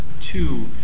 two